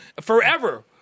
Forever